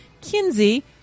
Kinsey